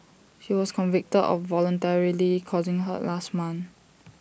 she was convicted of voluntarily causing hurt last month